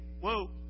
whoa